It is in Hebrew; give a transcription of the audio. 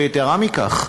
ויתרה מכך,